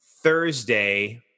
Thursday